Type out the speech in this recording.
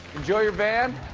enjoy your van.